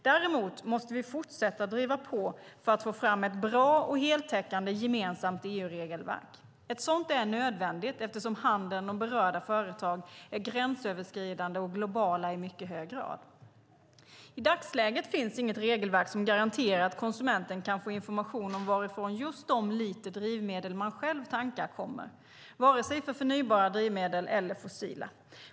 Däremot måste vi fortsätta att driva på för att få fram ett bra och heltäckande gemensamt EU-regelverk. Ett sådant är nödvändigt eftersom handeln och berörda företag är gränsöverskridande och globala i mycket hög grad. I dagsläget finns inget regelverk som garanterar att konsumenten kan få information om varifrån just de liter drivmedel man själv tankar kommer, vare sig för förnybara drivmedel eller för fossila.